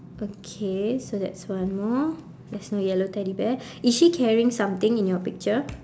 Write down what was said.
okay so that's one more there's no yellow teddy bear is she carrying something in your picture